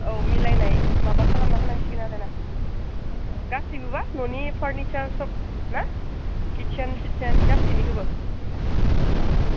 औ मिलायनाय माबा खालामना होनांसिगोन आरो ना ओं गासैबोबा न'नि फार्निचार सब ना किचेन चिचेन गासैबोखौबो अ अ